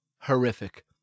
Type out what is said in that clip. horrific